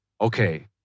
Okay